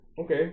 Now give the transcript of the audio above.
Okay